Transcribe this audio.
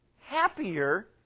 happier